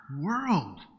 world